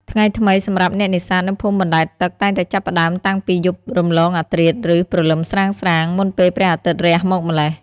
ថ្ងៃថ្មីសម្រាប់អ្នកនេសាទនៅភូមិបណ្តែតទឹកតែងតែចាប់ផ្តើមតាំងពីយប់រំលងអធ្រាត្រ ឬព្រលឹមស្រាងៗ មុនពេលព្រះអាទិត្យរះមកម្ល៉េះ។